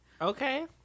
Okay